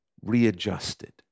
readjusted